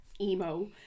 emo